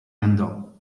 andò